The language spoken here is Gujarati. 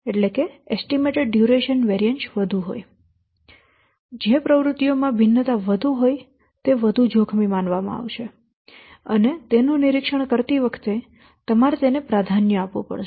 તેથી જે પ્રવૃત્તિઓમાં ભિન્નતા વધુ હોય તે ખૂબ જોખમી માનવામાં આવશે અને તેનું નિરીક્ષણ કરતી વખતે તમારે તેમને પ્રાધાન્ય આપવું જોઈએ